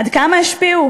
עד כמה השפיעו?